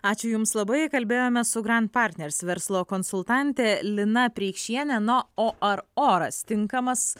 ačiū jums labai kalbėjome su grand partners verslo konsultante lina preikšiene na o ar oras tinkamas